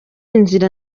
inzira